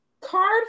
card